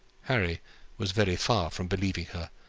harry was very far from believing her,